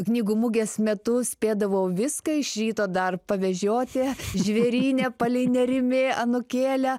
knygų mugės metu spėdavau viską iš ryto dar pavežioti žvėryne palei nerimi anūkėlę